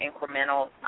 incremental